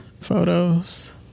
Photos